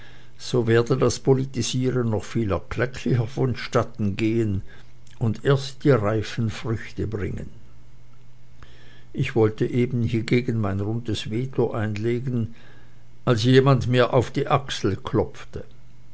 so werde das politisieren noch viel erklecklicher vonstatten gehen und erst die reifen früchte bringen ich wollte eben hiegegen mein rundes veto einlegen als jemand mir auf die achsel klopfte